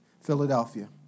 Philadelphia